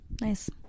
Nice